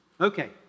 Okay